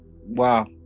Wow